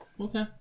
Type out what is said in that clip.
Okay